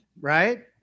Right